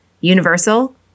Universal